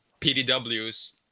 PDWs